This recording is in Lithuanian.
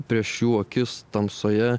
prieš jų akis tamsoje